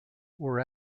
were